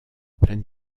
pleine